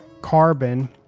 carbon